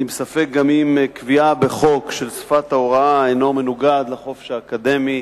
אני בספק גם אם קביעה בחוק של שפת ההוראה אינה מנוגדת לחופש האקדמי,